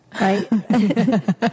right